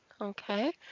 Okay